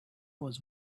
was